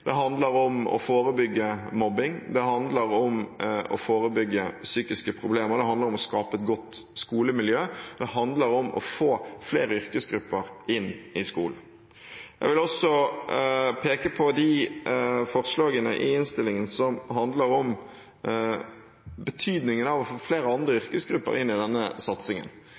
det handler om å forebygge mobbing, det handler om å forebygge psykiske problemer, det handler om å skape et godt skolemiljø, og det handler om å få flere yrkesgrupper inn i skolen. Jeg vil også peke på de forslagene i innstillingen som handler om betydningen av å få flere andre